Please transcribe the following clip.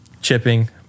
chipping